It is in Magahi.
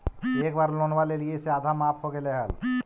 एक बार लोनवा लेलियै से आधा माफ हो गेले हल?